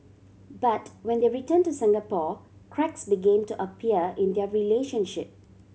but when they return to Singapore cracks begin to appear in their relationship